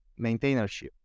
maintainership